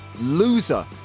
Loser